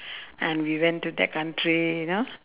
and we went to that country you know